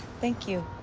thank you.